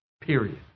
Period